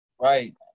right